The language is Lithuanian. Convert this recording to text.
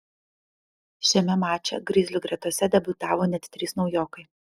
šiame mače grizlių gretose debiutavo net trys naujokai